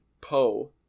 Poe